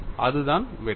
அதுதான் வெற்றி